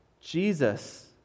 Jesus